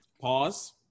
pause